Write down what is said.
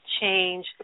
change